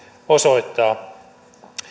osoittaa